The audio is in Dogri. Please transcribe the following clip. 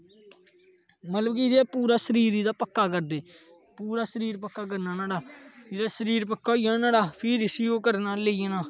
मतलब कि जे पूरी शरीर एहदा पक्का करदे पूरा शरीर पक्का करना न्हाड़ा जेहड़ा शरीर पक्का होई गेआ ना न्हाड़ा फ्ही इसी ओह् करना लेई जाना